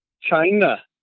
China